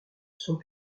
sont